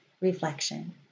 Reflection